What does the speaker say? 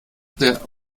der